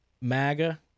MAGA